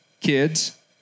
kids